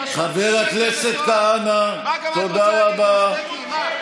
חבר הכנסת כהנא, תודה רבה.